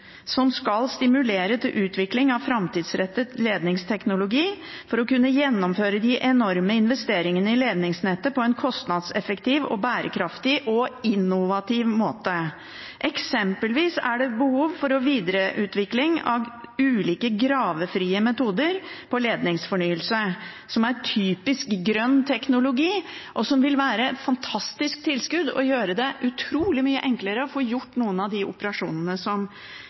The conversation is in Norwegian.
som skal stimulere til utvikling av framtidsrettet ledningsteknologi for å kunne gjennomføre de enorme investeringene i ledningsnettet på en kostnadseffektiv, bærekraftig og innovativ måte. Eksempelvis er det behov for videreutvikling av ulike gravefrie metoder for ledningsfornyelse, som er typisk grønn teknologi, som vil være et fantastisk tilskudd og gjøre det utrolig mye enklere å få gjort noen av de operasjonene